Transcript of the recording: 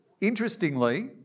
interestingly